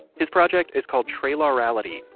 his project is called trailaurality,